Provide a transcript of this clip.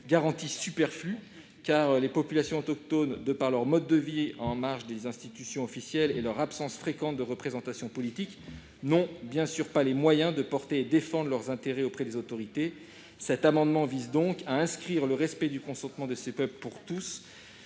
garantie superflue, car les populations autochtones, de par leur mode de vie en marge des institutions officielles et leur absence fréquente de représentation politique, n'ont, bien sûr, pas les moyens de défendre leurs intérêts auprès des autorités. Cet amendement vise donc à préciser que le respect du consentement de ces peuples vaut pour